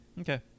Okay